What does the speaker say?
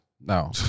No